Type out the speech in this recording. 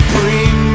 Bring